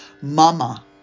Mama